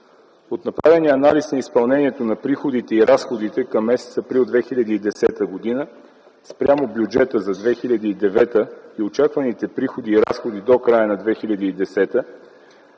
От направения анализ на изпълнението на приходите и разходите към м. април 2010 г. спрямо бюджета за 2009 г. и очакваните приходи и разходи до края на 2010